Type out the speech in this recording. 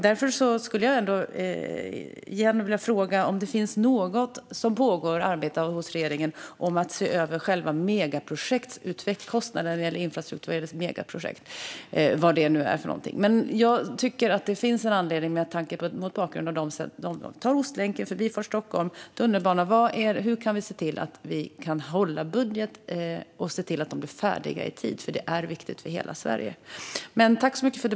Därför undrar jag om det finns något pågående arbete i regeringen i fråga om att se över själva utvecklingen av kostnader för megaprojekt. Det finns en anledning till min fråga med tanke på Ostlänken, Förbifart Stockholm och tunnelbanan. Hur kan vi hålla budgeten och få projekten färdiga i tid? De är viktiga för hela Sverige.